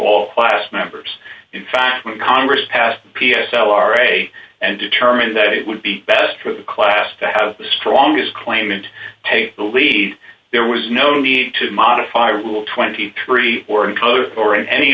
all class members in fact when congress passed p s l are a and determined that it would be best for the class to have the strongest claimant take the lead there was no need to modify rule twenty three or an